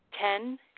Ten